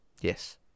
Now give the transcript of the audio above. Yes